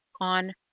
on